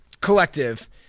collective